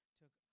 took